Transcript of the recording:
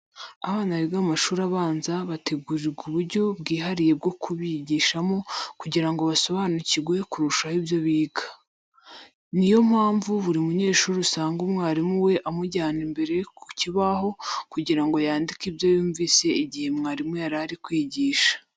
Abana biga mu mashuri abanza bategurirwa uburyo bwihariye bwo kubigishamo kugira ngo basobanukirwe kurushaho ibyo biga. Ni yo mpamvu buri munyeshuri usanga umwarimu we amujyana imbere ku kibaho kugira ngo yandike ibyo yumvise igihe mwarimu yari ari kwigisha.